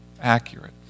accurate